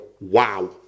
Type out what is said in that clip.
Wow